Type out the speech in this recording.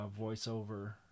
voiceover